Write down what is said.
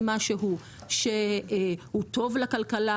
זה משהו שהוא טוב לכלכלה,